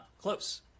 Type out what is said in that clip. close